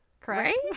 correct